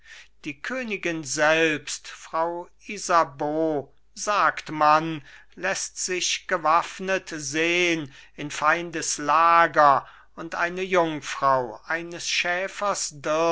die königin selbst frau isabeau sagt man läßt sich gewaffnet sehn in feindes lager und eine jungfrau eines schäfers